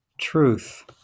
Truth